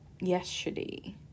yesterday